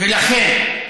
ולכן,